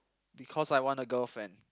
because I want a girlfriend